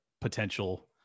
potential